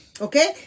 Okay